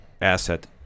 asset